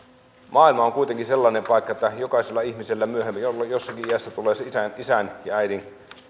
maailma on kuitenkin sellainen paikka että jokaisella ihmisellä myöhemmin jossakin iässä tulee se isän ja äidin